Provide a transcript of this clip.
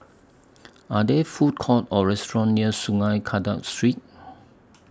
Are There Food Courts Or restaurants near Sungei Kadut Street